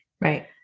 Right